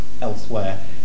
elsewhere